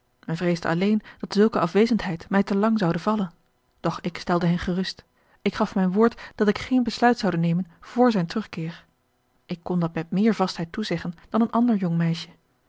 men vreesde alleen dat zulke afwezendheid mij te lang zoude vallen doch ik stelde hen gerust ik gaf mijn woord dat ik geen besluit zoude nemen vr zijn terugkeer ik kon dat met meer vastheid toezeggen dan een ander jong meisje